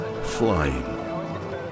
flying